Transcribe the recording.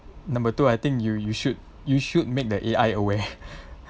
number two I think you you should you should make that A_I aware